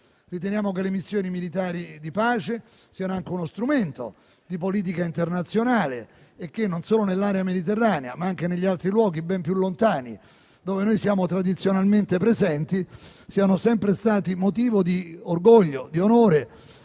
Riteniamo che le missioni militari di pace siano anche uno strumento di politica internazionale e che, non solo nell'area mediterranea, ma anche negli altri luoghi, ben più lontani, dove siamo tradizionalmente presenti, siano sempre state motivo di orgoglio, di onore